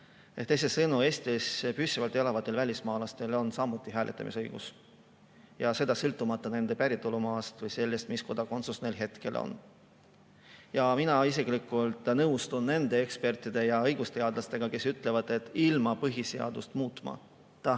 Teisisõnu, Eestis püsivalt elavatel välismaalastel on samuti hääletamisõigus ja seda sõltumata nende päritolumaast või sellest, mis kodakondsus neil on. Mina isiklikult nõustun nende õigusteadlaste ja teiste ekspertidega, kes ütlevad, et ilma põhiseadust muutmata